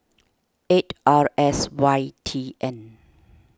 eight R S Y T N